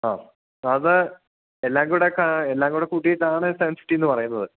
ആ എല്ലാംക്കൂടെ കൂട്ടിയിട്ടാണ് സെവൻ ഫിഫ്റ്റിയെന്ന് പറയുന്നത്